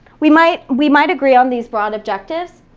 we might we might agree on these broad objectives.